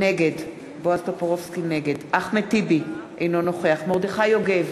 נגד אחמד טיבי, אינו נוכח מרדכי יוגב,